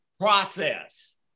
process